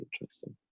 interesting